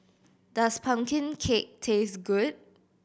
does pumpkin cake taste good